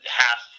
half